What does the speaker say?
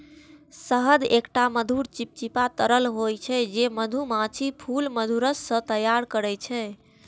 शहद एकटा मधुर, चिपचिपा तरल होइ छै, जे मधुमाछी फूलक मधुरस सं तैयार करै छै